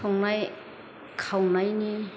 संनाय खावनायनि